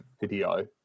video